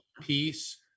peace